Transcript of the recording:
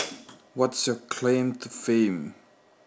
what's your claimed fame